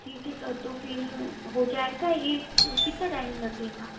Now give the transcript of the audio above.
ठीक है सर तो फिर हो जाएगा ये कितना टाइम लगेगा